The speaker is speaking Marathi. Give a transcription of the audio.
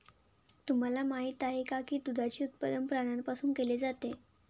तुम्हाला माहित आहे का की दुधाचे उत्पादन प्राण्यांपासून केले जाते?